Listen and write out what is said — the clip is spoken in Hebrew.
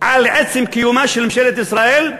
על עצם קיומה של ממשלת ישראל,